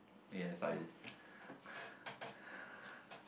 uh yeah so I just